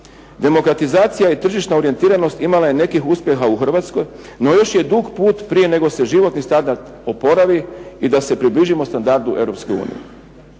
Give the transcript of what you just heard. Demokratizacija i tržišna orijentiranost imala je nekih uspjeha u Hrvatskoj, no još je dug put prije nego se životni standard oporavi i da se približimo standardu